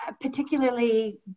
particularly